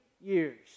years